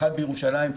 אחד בירושלים,